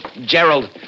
Gerald